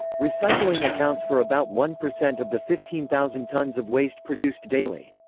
recycling accounts for about one percent of the fifteen thousand tonnes of waste produced daily.